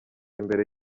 imbere